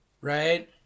right